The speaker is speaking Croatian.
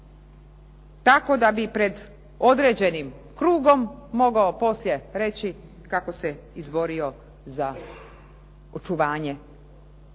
tako da bi pred određenim krugom mogao poslije reći kako se izborio za očuvanje